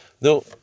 No